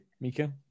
mika